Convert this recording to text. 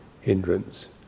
hindrance